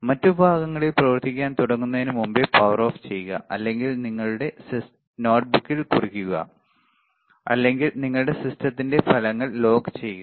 മറ്റ് ഭാഗങ്ങളിൽ പ്രവർത്തിക്കാൻ തുടങ്ങുന്നതിനുമുമ്പ് പവർ ഓഫ് ചെയ്യുക അല്ലെങ്കിൽ നിങ്ങളുടെ നോട്ട്ബുക്കിൽ കുറിക്കുക അല്ലെങ്കിൽ നിങ്ങളുടെ സിസ്റ്റത്തിലെ ഫലങ്ങൾ ലോക്ക് ചെയ്യുക